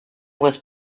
was